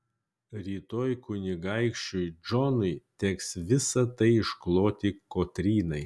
rytoj kunigaikščiui džonui teks visa tai iškloti kotrynai